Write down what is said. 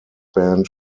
band